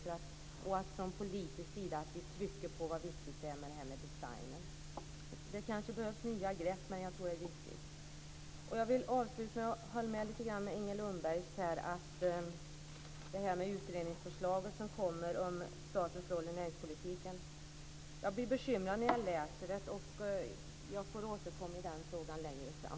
Det gäller att från politisk sida trycka på hur viktigt det är med designen. Kanske behövs det nya grepp. Det här är i varje fall viktigt. Avslutningsvis håller jag med Inger Lundberg när det gäller utredningsförslaget om statens roll i näringspolitiken. Jag blir bekymrad när jag läser om detta men jag får återkomma om det längre fram.